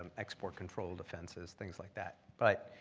um export control defenses, things like that, but